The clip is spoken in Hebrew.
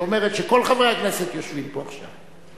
שאומרת שכל חברי הכנסת יושבים פה עכשיו,